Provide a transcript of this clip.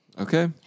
Okay